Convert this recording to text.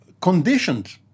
conditioned